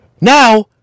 Now